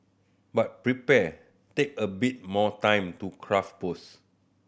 but prepare take a bit more time to craft posts